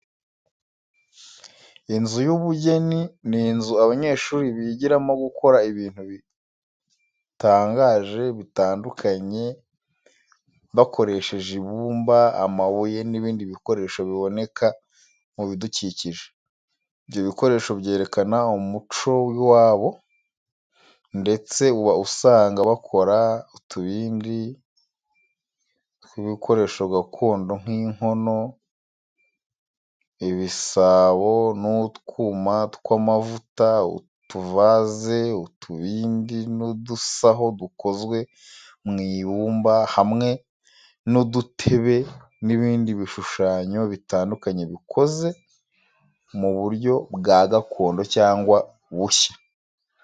Inzu y'ubugeni ni inzu, abanyeshuri bigiramo gukora ibintu bitangaje bitandukanye bakoresheje ibumba, amabuye n’ibindi bikoresho biboneka mu bidukikije. Ibyo bikoresho byerekana umuco w’iwabo, ndetse uba usanga bakora utubindi tw’ibikoresho gakondo nk'inkono, ibisabo n’utwuma tw’amavuta, utuvaze, utubindi, n’udusaho dukozwe mu ibumba hamwe n’udutebe n’ibindi bishushanyo bitandukanye bikoze mu buryo bwa gakondo cyangwa bushya.